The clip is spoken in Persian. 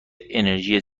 انرژی